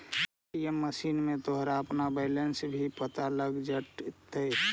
ATM machine में तोरा अपना बैलन्स भी पता लग जाटतइ